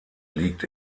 liegt